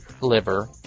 liver